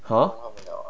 !huh!